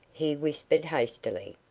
he whispered, hastily.